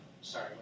sorry